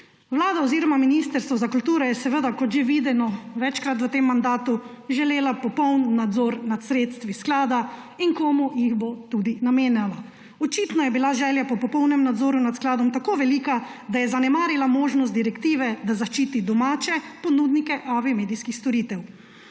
Vlada oziroma Ministrstvo za kulturo je seveda, kot že videno večkrat v tem mandatu, želela popoln nadzor nad sredstvi sklada in komu jih bo tudi namenjala. Očitno je bila želja po popolnem nadzoru nad skladom tako velika, da je zanemarila možnost direktive, da zaščiti domače ponudnika AV medijskih storitev.